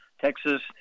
Texas